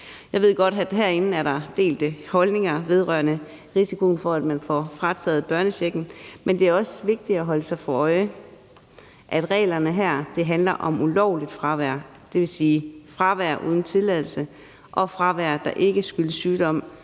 Jeg ved godt, at der herinde er delte meninger vedrørende risikoen for, at man får frataget børnechecken, men det er også vigtigt at holde sig for øje, at reglerne her handler om ulovligt fravær, dvs. fravær uden tilladelse og fravær, der ikke skyldes sygdom,